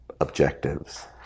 objectives